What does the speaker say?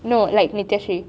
no like nityahsree